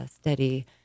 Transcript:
steady